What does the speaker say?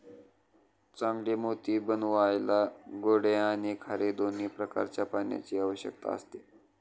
चांगले मोती बनवायला गोडे आणि खारे दोन्ही प्रकारच्या पाण्याची आवश्यकता असते